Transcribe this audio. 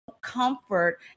comfort